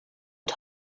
het